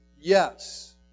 Yes